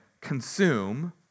consume